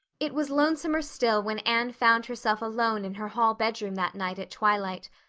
it was lonesomer still when anne found herself alone in her hall bedroom that night at twilight.